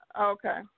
Okay